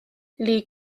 les